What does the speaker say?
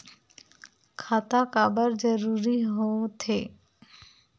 खाता काबर जरूरी हो थे?